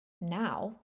now